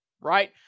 right